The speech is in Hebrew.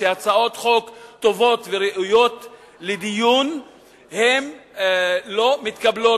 שהצעות חוק טובות וראויות לדיון לא מתקבלות